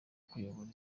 kuyobora